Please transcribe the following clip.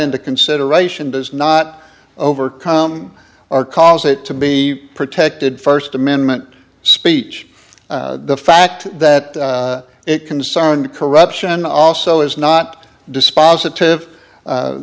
into consideration does not overcome or cause it to be protected first amendment speech the fact that it concerned corruption also is not